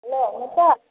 hello Mita